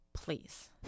please